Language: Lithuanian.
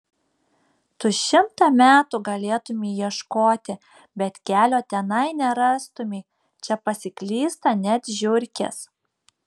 tu šimtą metų galėtumei ieškoti bet kelio tenai nerastumei čia pasiklysta net žiurkės